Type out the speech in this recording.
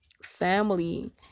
family